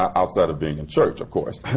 outside of being in church, of course.